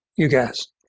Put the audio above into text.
you guys.